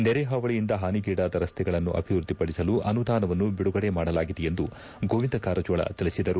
ನೆರೆ ಹಾವಳೆಯಿಂದ ಪಾನಿಗೀಡಾದ ರಸ್ತೆಗಳನ್ನು ಅಭಿವೃದ್ಧಿಪಡಿಸಲು ಅನುದಾನವನ್ನು ಬಿಡುಗಡೆ ಮಾಡಲಾಗಿದೆ ಎಂದು ಗೋವಿಂದ ಕಾರಜೋಳ ತಿಳಿಸಿದರು